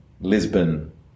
Lisbon